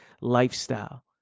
lifestyle